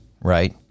right